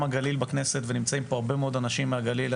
הגליל בכנסת ונמצאים פה הרבה אנשים מהגליל.